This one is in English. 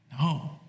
No